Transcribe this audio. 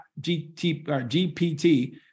GPT